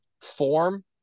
form